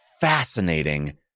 fascinating